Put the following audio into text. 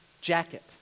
jacket